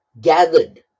gathered